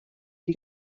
die